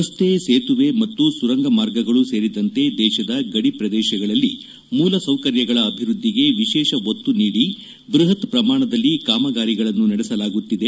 ರಸ್ತೆ ಸೇತುವೆ ಮತ್ತು ಸುರಂಗ ಮಾರ್ಗಗಳೂ ಸೇರಿದಂತೆ ದೇಶದ ಗಡಿ ಪ್ರದೇಶಗಳಲ್ಲಿ ಮೂಲಸೌಕರ್ಯಗಳ ಅಭಿವ್ಯದ್ಲಿಗೆ ವಿಶೇಷ ಒತ್ತು ನೀಡಿ ಬ್ಬಹತ್ ಪ್ರಮಾಣದಲ್ಲಿ ಕಾಮಗಾರಿಗಳನ್ನು ನಡೆಸಲಾಗುತ್ತಿದೆ